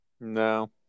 No